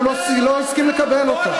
והוא לא הסכים לקבל אותה.